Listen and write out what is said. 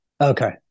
Okay